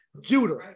Judah